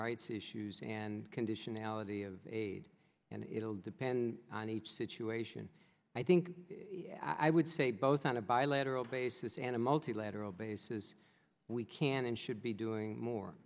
rights issues and conditionality of aid and it'll depend on each situation i think i would say both on a bilateral basis and a multilateral basis we can and should be doing